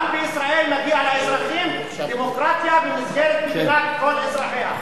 גם בישראל מגיעה לאזרחים דמוקרטיה במסגרת מדינת כל אזרחיה.